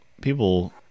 people